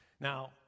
Now